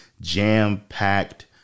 jam-packed